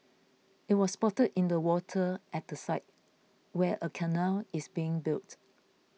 it was spotted in the water at the site where a canal is being built